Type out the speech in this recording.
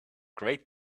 great